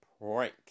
prank